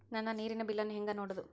ನನ್ನ ನೇರಿನ ಬಿಲ್ಲನ್ನು ಹೆಂಗ ನೋಡದು?